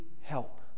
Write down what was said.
help